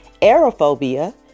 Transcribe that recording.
aerophobia